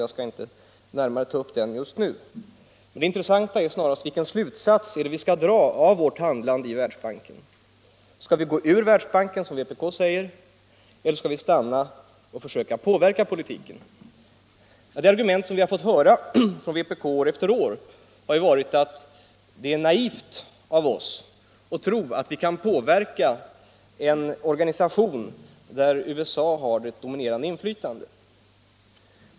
Jag skall inte närmare ta upp den saken just nu. Det intressanta är snarast vilka slutsatser vi skall dra av vårt handlande i Världsbanken. Skall vi gå ur Världsbanken som vpk säger eller skall vi stanna och försöka påverka politiken? De argument vi fått höra från vpk år efter år har ju varit att det är naivt av oss att tro att vi kan påverka en organisation där USA har ett dominerande inflytande.